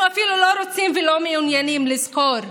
אפילו לא רוצים ולא מעוניינים לזכור,